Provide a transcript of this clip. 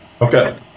Okay